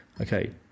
Okay